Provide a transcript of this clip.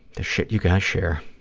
the shit you guys share.